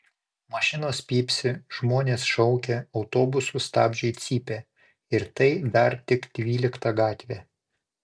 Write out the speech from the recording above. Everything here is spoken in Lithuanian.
mašinos pypsi žmonės šaukia autobusų stabdžiai cypia ir tai dar tik dvylikta gatvė